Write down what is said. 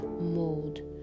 mode